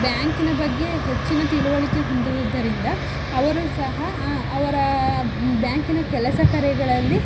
ಬ್ಯಾಂಕಿನ ಬಗ್ಗೆ ಹೆಚ್ಚಿನ ತಿಳುವಳಿಕೆ ಹೊಂದುವುದರಿಂದ ಅವರು ಸಹ ಆ ಅವ್ರ ಬ್ಯಾಂಕಿನ ಕೆಲಸ ಕಾರ್ಯಗಳಲ್ಲಿ